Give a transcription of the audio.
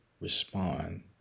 respond